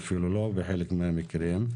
לא רק בחלק מהמקרים.